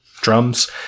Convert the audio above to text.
drums